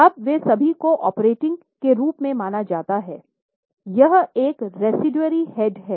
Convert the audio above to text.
अब वे सभी को ऑपरेटिंग के रूप में माना जाता है यह एक रेसिडुअरी हेड है